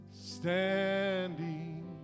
standing